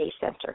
Center